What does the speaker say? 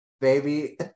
baby